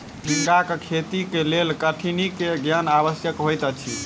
झींगाक खेती के लेल कठिनी के ज्ञान आवश्यक होइत अछि